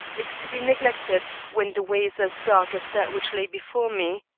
is to be neglected when the way is as dark as that which lay before me.